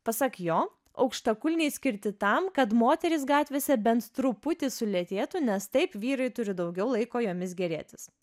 pasak jo aukštakulniai skirti tam kad moterys gatvėse bent truputį sulėtėtų nes taip vyrai turi daugiau laiko jomis gėrėtis